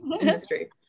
industry